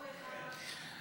הרווחה והבריאות נתקבלה.